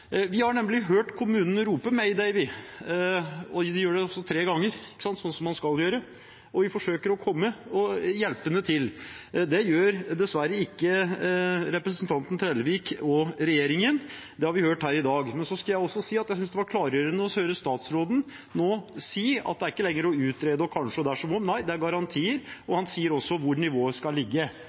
Vi har nemlig hørt kommunene rope mayday – de gjør det tre ganger, som man skal gjøre – og vi forsøker å komme hjelpende til. Det gjør dessverre ikke representanten Trellevik og regjeringen – det har vi hørt her i dag. Jeg skal også si at det var klargjørende nå å høre statsråden si at det ikke lenger er snakk om å utrede og kanskje og dersom. Nei, det er garantier, og han sier også hvor nivået skal ligge.